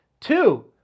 Two